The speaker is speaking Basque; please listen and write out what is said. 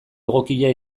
egokia